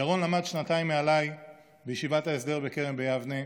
ירון למד שנתיים מעליי בישיבת ההסדר בכרם ביבנה,